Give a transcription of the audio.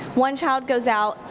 one child goes out,